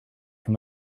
from